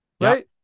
right